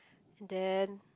and then